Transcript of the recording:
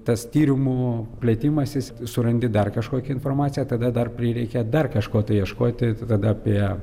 tas tyrimų plėtimas jis surandi dar kažkokią informaciją tada dar prireikia dar kažko tai ieškoti tai tada apie